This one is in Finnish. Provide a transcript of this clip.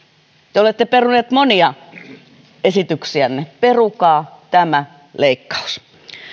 te olette peruneet monia esityksiänne perukaa tämä leikkaus